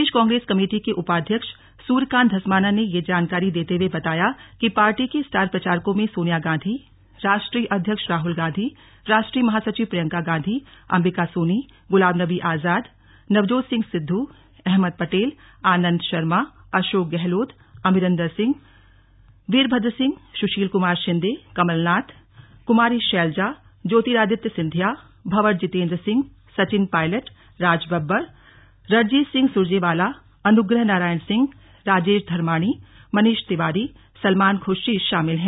प्रदेश Congress committee के उपाध्यक्ष सूर्यकान्त धस्माना ने यह जानकारी देते हुए बताया कि पार्टी के स्टार प्रचारकों में सोनिया गांधी राष्ट्रीय अध्यक्ष राहल गांधी राष्ट्रीय महासचिव प्रियंका गांधी अम्बिका सोनी गुलाम नबी आजाद नवजोत सिंह सिद्ध अहमद पटेल आनन्द शर्मा अशोक गहलोत अमरिन्दर सिंह वीरभद्र सिंह सुशील कुमार शिंदे कमल नाथ कुमारी शैलजा ज्योतिरादित्य सिंधिया भंवर जितेन्द्र सिंह सचिन पायलट राज बब्बर रणजीत सिंह सुरजेवाला अनुग्रह नारायण सिंह राजेश धर्माणी मनीष तिवारी सलमान खुर्शीद शामिल हैं